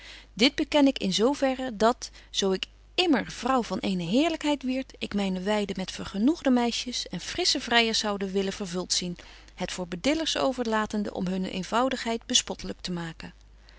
dit beken ik in zo verre dat zo ik immer vrouw van eene heerlykheid wierd ik myne weide met vergenoegde meisjes en frissche vryers zoude willen vervult zien het voor bedillers overlatende om hunne eenvoudigheid bespottelyk te maken